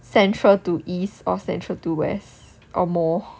central to east or central to west or more